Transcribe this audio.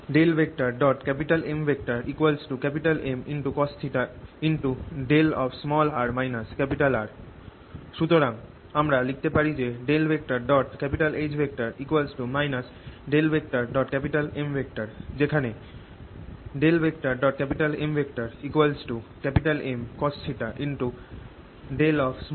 M Mcosθ সুতরাং আমরা লিখতে পারি যে H M যেখানে M Mcosθ